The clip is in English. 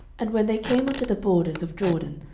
and when they came unto the borders of jordan,